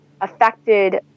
affected